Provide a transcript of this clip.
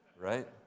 right